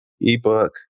ebook